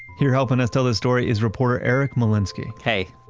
here helping us tell this story is reporter eric malinowski. hey,